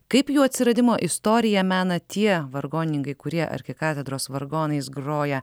kaip jų atsiradimo istoriją mena tie vargonininkai kurie arkikatedros vargonais groja